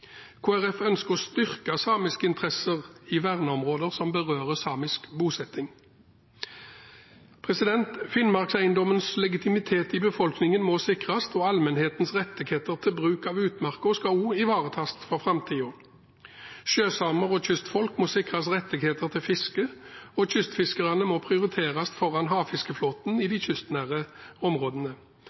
Folkeparti ønsker å styrke samiske interesser i verneområder som berører samisk bosetting. Finnmarkseiendommens legitimitet i befolkningen må sikres, og allmennhetens rettigheter til bruk av utmark skal også ivaretas for framtiden. Sjøsamer og kystfolk må sikres rettigheter til fiske, og kystfiskerne må prioriteres foran havfiskeflåten i de kystnære områdene.